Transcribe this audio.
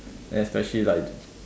especially like this